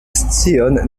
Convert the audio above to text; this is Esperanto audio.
scion